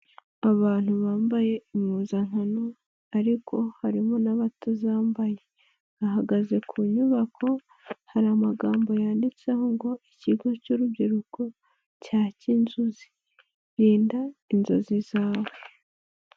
Abantu bambaye impuzankano ariko harimo ntabatazambaye bahagaze ku nyubako hari amagambo yanditseho ngo ikigo cy'urubyiruko cya Kinzuzi, rinda inzozi zawe.